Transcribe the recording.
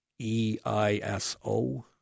EISO